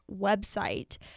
website